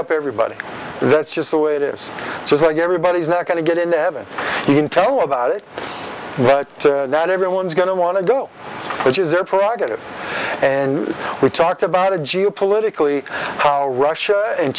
up everybody that's just the way it is just like everybody's not going to get into heaven you can tell about it that everyone's going to want to do which is their prerogative and we talked about a geopolitically how russia and